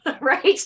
right